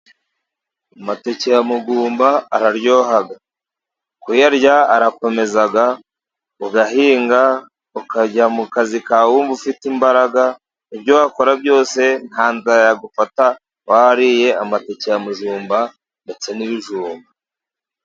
Amateke ya mugumba araryoha, kuyarya arakomeza ugahinga ukajya mu kazi kawe wumva ufite imbaraga. Ibyo wakora byose nta nzara yagufata wariye amatike ya mujumba ndetse n'ibijumba.